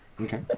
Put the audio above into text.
Okay